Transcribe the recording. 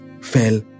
fell